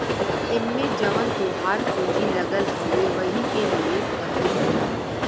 एम्मे जवन तोहार पूँजी लगल हउवे वही के निवेश कहल जाला